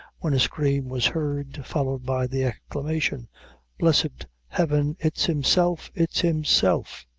when a scream was heard, followed by the exclamation blessed heaven! it's himself it's himself!